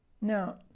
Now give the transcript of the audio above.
Now